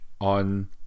on